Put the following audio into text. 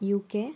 UK